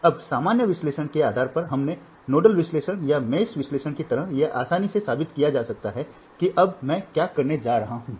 अब सामान्य विश्लेषण के आधार पर हमने नोडल विश्लेषण या मेष विश्लेषण की तरह यह आसानी से साबित किया जा सकता है कि अब मैं क्या करने जा रहा हूं